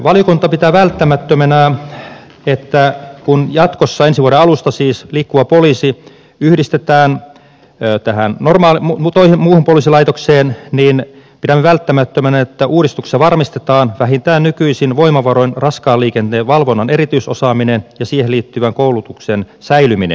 valiokunta pitää välttämättömänä että kun jatkossa ensi vuoden alusta siis liikkuva poliisi yhdistetään että hän normaali muu muutoin olisi laitokseen minä tähän muuhun poliisilaitokseen uudistuksessa varmistetaan vähintään nykyisin voimavaroin raskaan liikenteen valvonnan erityisosaaminen ja siihen liittyvän koulutuksen säilyminen